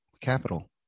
capital